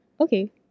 Okay